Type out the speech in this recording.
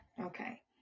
okay